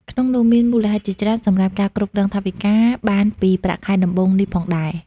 ក្នុងនោះ មានមូលហេតុជាច្រើនសម្រាប់ការគ្រប់គ្រងថវិកាបានពីប្រាក់ខែដំបូងនេះផងដែរ ។